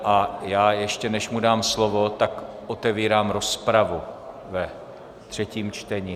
A ještě než mu dám slovo, tak otevírám rozpravu ve třetím čtení.